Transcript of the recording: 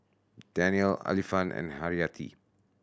Daniel Alfian and Haryati